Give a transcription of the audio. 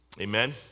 Amen